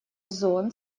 зон